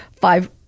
five